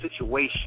situation